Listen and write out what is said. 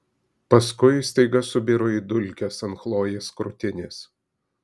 paskui staiga subiro į dulkes ant chlojės krūtinės